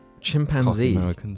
Chimpanzee